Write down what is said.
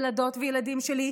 ילדות וילדים שלי,